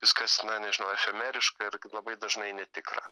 viskas na nežinau efemeriška ir labai dažnai netikra